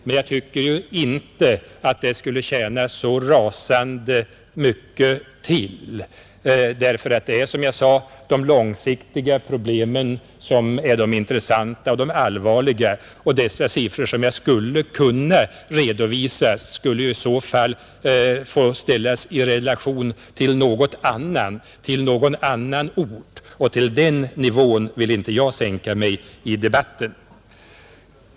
Men jag tycker inte att det skulle tjäna så särskilt mycket till, ty som jag sade är det de långsiktiga problemen som är de intressanta och allvarliga. De siffror jag kunde redovisa skulle ju i så fall få ställas i relation till någon annan ort, och till den nivån vill jag inte sänka mig i debatten.